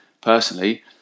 personally